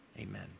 amen